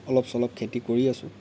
অলপ চলপ খেতি কৰি আছোঁ